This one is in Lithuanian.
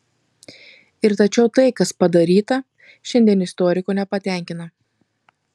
ir tačiau tai kas padaryta šiandien istoriko nepatenkina